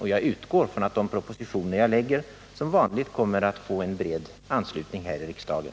Och jag utgår från att de propositioner jag lägger fram som vanligt kommer att få en bred anslutning här i riksdagen.